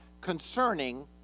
concerning